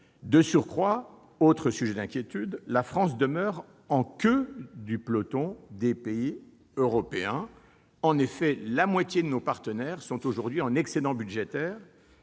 De surcroît, autre sujet d'inquiétude, la France demeure en queue du peloton des pays européens : la moitié de nos partenaires sont aujourd'hui en excédent budgétaire,